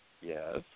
Yes